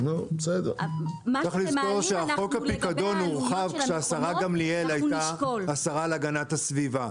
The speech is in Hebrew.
חוק הפיקדון הורחב כשהשרה גמליאל הייתה השרה להגנת הסביבה.